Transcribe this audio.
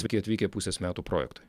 sveiki atvykę pusės metų projektui